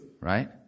right